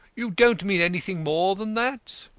you don't mean anything more than that?